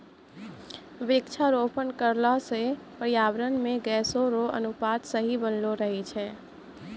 वृक्षारोपण करला से पर्यावरण मे गैसो रो अनुपात सही बनलो रहै छै